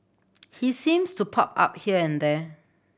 he seems to pop up here and there